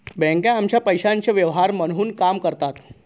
बँका आमच्या पैशाचे व्यवहार म्हणून काम करतात